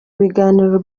biganiro